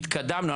התקדמנו,